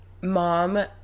mom